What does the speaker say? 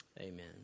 Amen